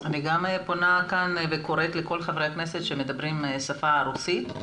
אני גם פונה כאן וקוראת לכל חברי הכנסת שמדברים בשפה הרוסית,